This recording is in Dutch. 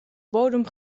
bodem